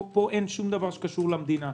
פה אין שום דבר שקשור למדינה.